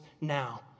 now